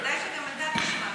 כדאי שגם אתה תשמע.